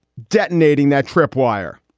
detonating that trip wire.